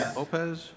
Lopez